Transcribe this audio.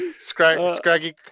Scraggy